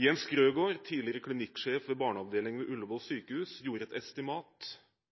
Jens Grøgaard, tidligere klinikksjef ved barneavdelingen ved Ullevål sykehus, gjorde et estimat